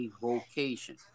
vocation